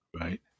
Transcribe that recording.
Right